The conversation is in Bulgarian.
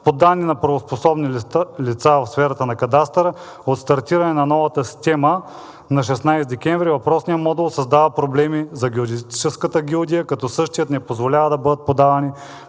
По данни на правоспособни лица в сферата на кадастъра от стартиране на новата система на 16 декември 2024 г. въпросният модул създава проблеми за геодезическата гилдия, като същият не позволява да бъдат подавани